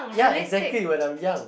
ya exactly when I'm young